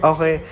Okay